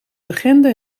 legende